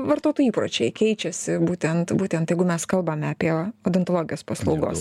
vartotojų įpročiai keičiasi būtent būtent jeigu mes kalbame apie odontologijos paslaugos